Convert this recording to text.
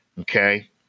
okay